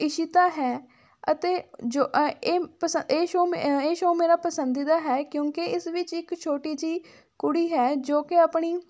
ਇਸ਼ਿਤਾ ਹੈ ਅਤੇ ਜੋ ਅ ਇਹ ਪਸੰ ਇਹ ਸ਼ੋਅ ਮੈਂ ਇਹ ਸ਼ੋਅ ਮੇਰਾ ਪਸੰਦੀਦਾ ਹੈ ਕਿਉਂਕਿ ਇਸ ਵਿੱਚ ਇੱਕ ਛੋਟੀ ਜਿਹੀ ਕੁੜੀ ਹੈ ਜੋ ਕਿ ਆਪਣੀ